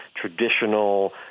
traditional